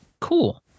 cool